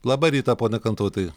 labą rytą pone kantautai